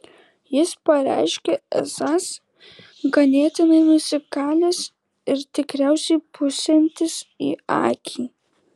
jis pareiškė esąs ganėtinai nusikalęs ir tikriausiai pūsiantis į akį